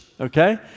okay